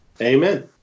Amen